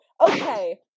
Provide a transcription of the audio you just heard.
okay